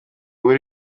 buri